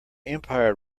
empire